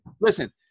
listen